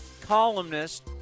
columnist